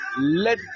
let